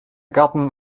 garten